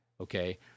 Okay